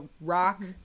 rock